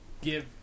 give